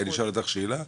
אני אשאל אותך שאלה,